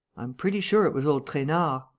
i'm pretty sure it was old trainard.